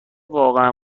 واقعا